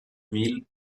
mille